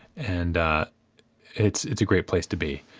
and it's. it's a great place to be.